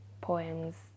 poems